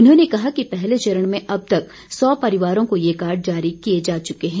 उन्होंने कहा कि पहले चरण में अब तक सौ परिवारों को ये कार्ड जारी किए जा चुके हैं